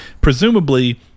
presumably